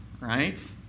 right